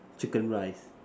chicken rice